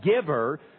giver